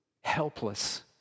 helpless